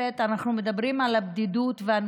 איפה הייתם,